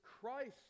Christ